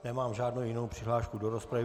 Nemám žádnou jinou přihlášku do rozpravy.